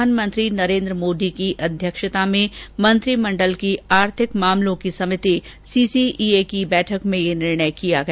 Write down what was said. प्रधानमंत्री नरेन्द्र मोदी की अध्यक्षता में मंत्रिमंडल की आर्थिक मामलों की समिति सीसीईए की बैठक में यह निर्णय किया गया